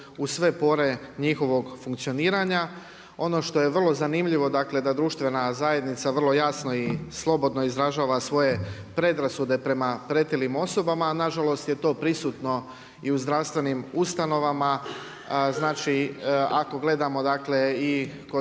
u sve pore njihovog funkcioniranja. Ono što je vrlo zanimljivo, dakle da društvena zajednica vrlo jasno i slobodno izražava svoje predrasude prema pretilim osobama, nažalost je to prisutno i u zdravstvenim ustanovama, znači ako gledamo dakle i kod